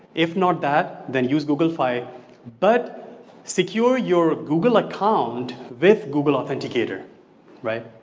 if not that then use google fi but secure your google account with google authenticator right?